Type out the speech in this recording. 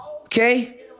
okay